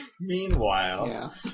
meanwhile